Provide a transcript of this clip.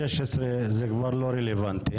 מאוד.